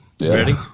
Ready